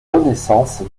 renaissance